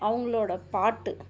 அவங்களோட பாட்டு